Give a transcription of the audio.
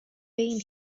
been